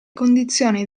condizioni